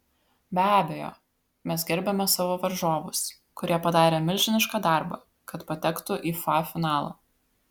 be abejo mes gerbiame savo varžovus kurie padarė milžinišką darbą kad patektų į fa finalą